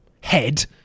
head